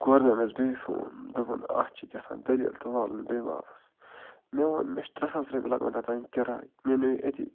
کوٚر مےٚ أمِس بیٚیہِ فون دوٚپُن اَتھ چھِ کیٛاہ تھام دٔلیٖل تہٕ والُن بیٚیہِ واپَس مےٚ ووٚن مےٚ چھِ ترٛےٚ ساس رۄپیہِ لگان توٚتام کِراے مےٚ نیوٗ یہِ أتی